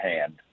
hand